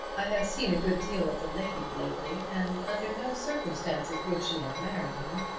i have seen a good deal of the lady lately, and under no circumstances would she have married him.